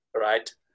Right